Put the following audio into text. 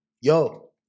Yo